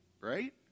right